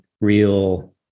real